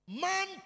Man